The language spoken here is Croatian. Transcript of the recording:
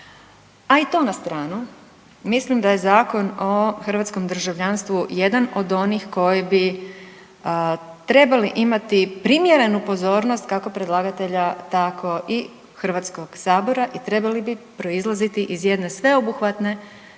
A i to na stranu, mislim da je Zakon o hrvatskom državljanstvu jedan od onih koji bi trebali imati primjerenu pozornost kako predlagatelja tako i HS i trebali bi proizlaziti iz jedne sveobuhvatne